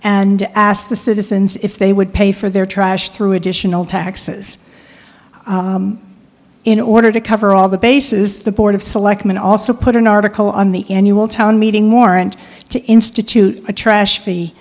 and asked the citizens if they would pay for their trash through additional taxes in order to cover all the bases the board of selectmen also put an article on the annual town meeting warrant to institute a trash